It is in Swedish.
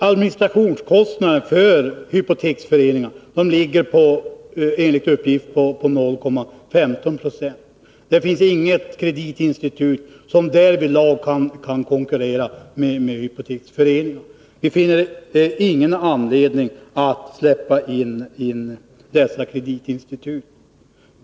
Administrationskostnaden för hypoteksföreningarna ligger enligt uppgift på 0,15 96. Det finns inget kreditinstitut som kan konkurrera med hypoteksföreningarna därvidlag. Vi finner därför ingen anledning att släppa in andra kreditinsitut.